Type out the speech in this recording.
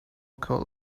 code